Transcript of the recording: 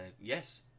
Yes